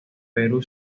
perú